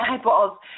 eyeballs